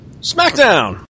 Smackdown